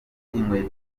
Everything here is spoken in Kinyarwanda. inkweto